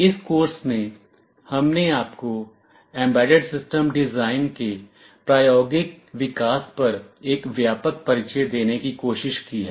इस कोर्स में हमने आपको एम्बेडेड सिस्टम डिज़ाइन के प्रायोगिक विकास पर एक व्यापक परिचय देने की कोशिश की है